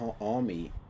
army